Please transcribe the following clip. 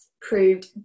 proved